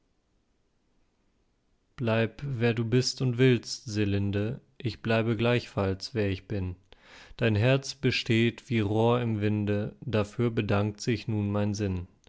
bleib wer du bist und willst selinde ich bleibe gleichfalls wer ich bin dein herz besteht wie rohr im winde dafür bedankt sich nun mein sinn